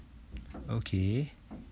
okay